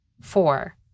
Four